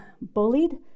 bullied